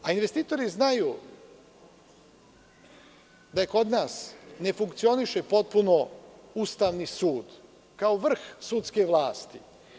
Investitori znaju da kod nas ne funkcioniše potpuno Ustavni sud, kao vrh sudske vlasti.